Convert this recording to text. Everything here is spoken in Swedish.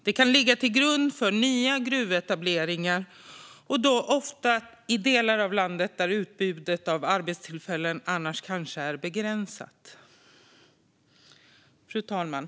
De kan ligga till grund för nya gruvetableringar, och då ofta i delar av landet där utbudet av arbetstillfällen annars kanske är begränsat. Fru talman!